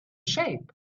shape